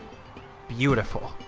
beautiful